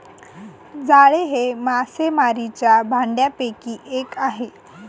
जाळे हे मासेमारीच्या भांडयापैकी एक आहे